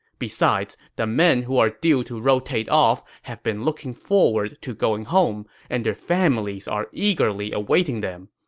besides, the men who are due to rotate off have been looking forward to going home, and their families are eagerly awaiting them.